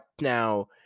now